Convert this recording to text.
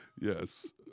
Yes